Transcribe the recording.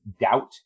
doubt